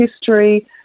history